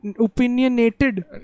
opinionated